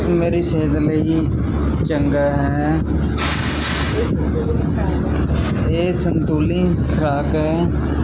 ਮੇਰੀ ਸਹਿਤ ਲਈ ਚੰਗਾ ਹੈ ਇਹ ਸੰਤੁਲਿਤ ਖੁਰਾਕ ਹੈ